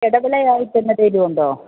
ഇടവിളയായിട്ടെന്നതിലുമുണ്ടോ